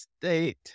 State